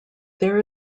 there